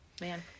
man